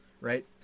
right